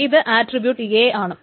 ഇത് attribute A ആണ്